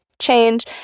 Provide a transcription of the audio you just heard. change